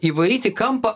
įvaryt į kampą